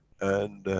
and.